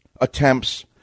attempts